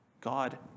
God